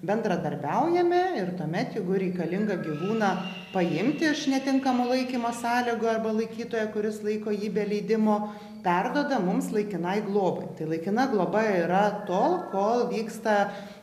bendradarbiaujame ir tuomet jeigu reikalinga gyvūną paimti iš netinkamų laikymo sąlygų arba laikytojo kuris laiko jį be leidimo perduoda mums laikinai globai tai laikina globa yra tol kol vyksta